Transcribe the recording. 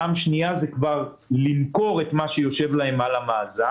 ופעם שנייה זה כבר למכור את מה שיושב להם על המאזן,